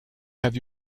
have